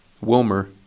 Wilmer